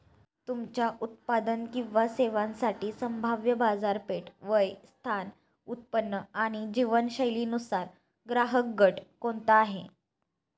तुमच्या उत्पादन किंवा सेवांसाठी संभाव्य बाजारपेठ, वय, स्थान, उत्पन्न आणि जीवनशैलीनुसार ग्राहकगट कोणता आहे?